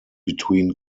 between